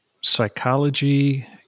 psychology